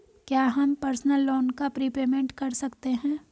क्या हम personal loan का प्रीपेमेंट कर सकते हैं?